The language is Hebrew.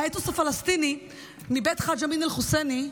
האתוס הפלסטיני מבית חאג' אמין אל-חוסייני,